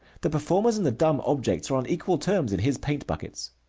the performers and the dumb objects are on equal terms in his paint-buckets.